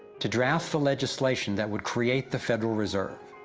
to draft the legislation, that would create the federal reserve.